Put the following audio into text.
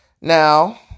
now